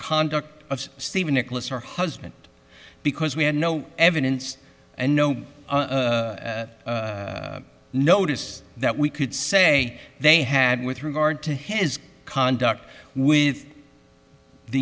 conduct of stephen nicholas her husband because we had no evidence and no notice that we could say they had with regard to his conduct with the